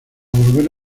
volver